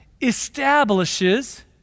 establishes